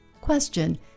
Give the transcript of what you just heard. Question